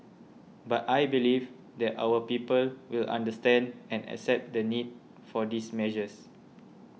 but I believe that our people will understand and accept the need for these measures